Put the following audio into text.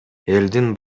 элдин